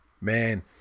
man